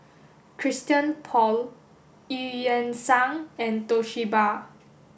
Christian Paul Eu Yan Sang and Toshiba